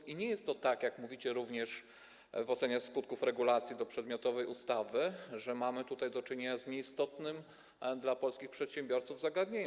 I nie jest to tak, jak stwierdzacie również w ocenie skutków regulacji do przedmiotowej ustawy, że mamy tutaj do czynienia z nieistotnym dla polskich przedsiębiorców zagadnieniem.